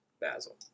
Basil